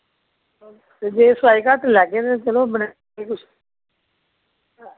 जे सोआई घट्ट लैगे ते चलो